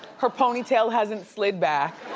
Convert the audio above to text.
her ponytail hasn't slid back.